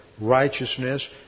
righteousness